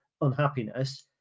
unhappiness